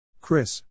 Chris